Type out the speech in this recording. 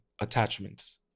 attachments